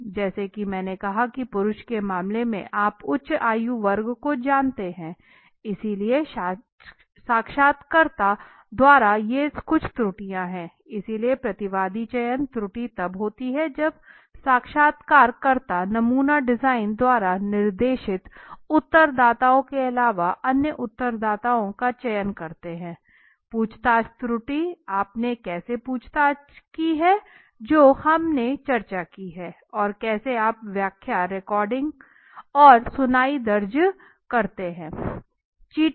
जैसा कि मैंने कहा कि पुरुष के मामले में आप उच्च आयु वर्ग को जानते हैं इसलिए साक्षात्कारकर्ता द्वारा ये कुछ त्रुटियां हैं इसलिए प्रतिवादी चयन त्रुटि तब होती है जब साक्षात्कारकर्ता नमूना डिजाइन द्वारा निर्दिष्ट उत्तरदाताओं के अलावा अन्य उत्तरदाताओं का चयन करते हैं पूछताछ त्रुटि आपने कैसे पूछताछ की है जो हम ने भी चर्चा की हैं कि कैसे आप व्याख्या रिकॉर्डिंग और सुनवाई दर्ज करते हैं